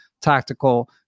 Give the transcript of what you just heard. tactical